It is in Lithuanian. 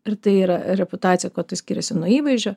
ir tai yra reputacija kuo tai skiriasi nuo įvaizdžio